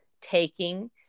taking